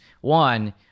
One